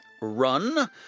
run